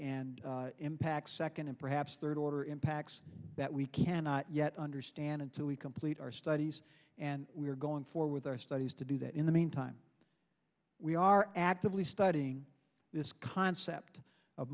and impacts second and perhaps third order impacts that we cannot yet understand until we complete our studies and we're going forward our studies to do that in the meantime we are actively studying this concept of